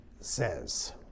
says